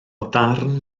ddarn